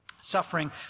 Suffering